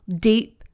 deep